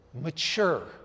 mature